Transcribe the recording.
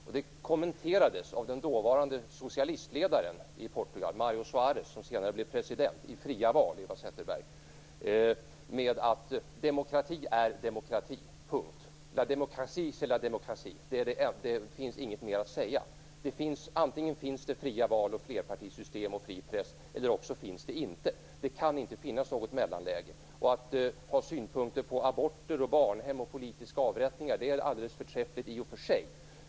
Detta kommenterades av den dåvarande socialistledaren i Portugal, Mário Soares, som senare blev president - i fria val, Eva Zetterberg - med att demokrati är demokrati. Punkt. La démocratie c'est la démocratie. Det finns inget mer att säga. Antingen finns det fria val, flerpartisystem och fri press eller också finns det inte. Det kan inte finnas något mellanläge. Att ha synpunkter på aborter, barnhem och politiska avrättningar är alldeles förträffligt i och för sig.